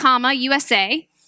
USA